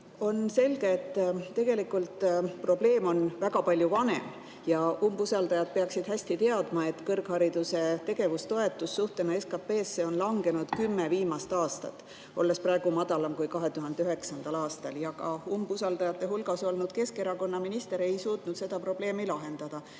selge, et tegelikult probleem on väga palju vanem, ja umbusaldajad peaksid hästi teadma, et kõrghariduse tegevustoetus suhtena SKP-sse on langenud kümme viimast aastat, olles praegu väiksem kui 2009. aastal. Ja ka umbusaldajate hulgas olnud Keskerakonna minister ei suutnud seda probleemi lahendada.